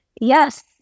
Yes